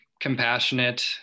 compassionate